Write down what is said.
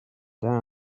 dan